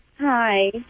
Hi